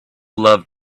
love